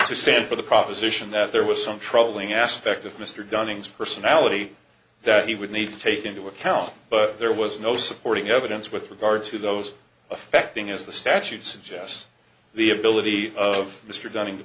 to stand for the proposition that there was some troubling aspect of mr dunning's personality that he would need to take into account but there was no supporting evidence with regard to those affecting as the statute suggests the ability of mr dunning t